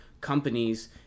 companies